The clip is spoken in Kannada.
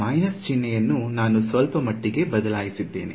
ಮೈನಸ್ ಚಿಹ್ನೆಯನ್ನು ನಾನು ಸ್ವಲ್ಪಮಟ್ಟಿಗೆ ಬದಲಾಯಿಸಲಿದ್ದೇನೆ